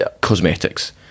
cosmetics